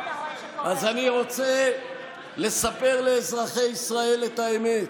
אז אני רוצה לספר לאזרחי ישראל את האמת.